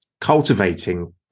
cultivating